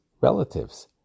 relatives